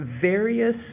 various